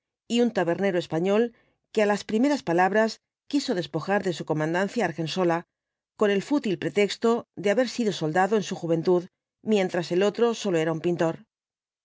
y un tabernero español que á las primeras palabras quiso despojar de su comandancia á argensola con el fútil pretexto de haber sido soldado en u juventud mientras el otro sólo era un pintor